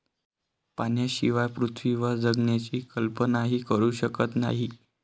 पाण्याशिवाय पृथ्वीवर जगण्याची कल्पनाही करू शकत नाही